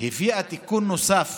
היא הביאה תיקון נוסף,